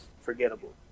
forgettable